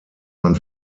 man